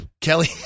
Kelly